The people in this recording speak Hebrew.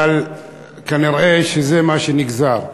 אבל כנראה זה מה שנגזר.